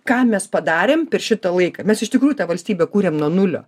ką mes padarėm per šitą laiką mes iš tikrųjų tą valstybę kūrėm nuo nulio